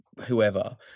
whoever